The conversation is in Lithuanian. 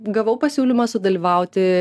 gavau pasiūlymą sudalyvauti